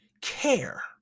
care